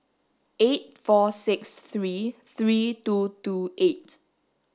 eight four six three three two two eight